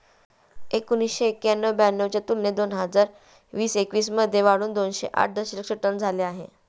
एकोणीसशे एक्क्याण्णव ब्याण्णव च्या तुलनेत दोन हजार वीस एकवीस मध्ये वाढून दोनशे आठ दशलक्ष टन झाले आहे